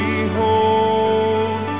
Behold